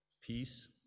peace